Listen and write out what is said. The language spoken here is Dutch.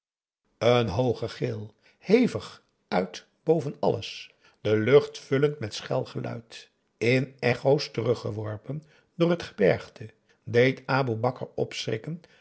een hooge gil hevig uit boven alles de lucht vullend met schel geluid in echo's teruggeworpen door het gebergte deed aboe bakar opschrikken